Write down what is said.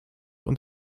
und